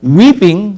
weeping